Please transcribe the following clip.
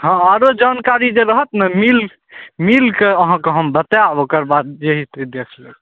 हँ आरो जानकारी जे रहतने मिल मिलके अहाँके हम बतायब ओकर बाद जे हेतय देख लेब